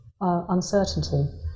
uncertainty